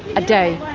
a day?